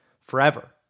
forever